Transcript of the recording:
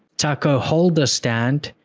taco holder stand.